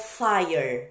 fire